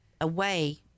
away